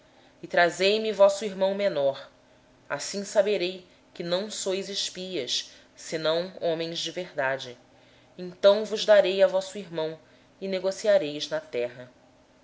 e trazei me vosso irmão mais novo assim saberei que não sois espias mas homens de retidão então vos entregarei o vosso irmão e negociareis na terra